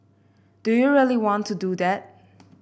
do you really want to do that